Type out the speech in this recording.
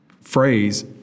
phrase